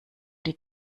die